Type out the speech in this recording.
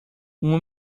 uma